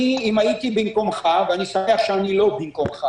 אם הייתי במקומך ואני שמח שאני לא במקומך